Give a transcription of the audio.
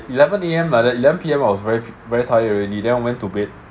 eleven A_M like that eleven P_M I was very very tired already then I went to bed